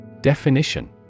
Definition